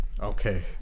Okay